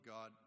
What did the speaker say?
God